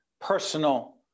personal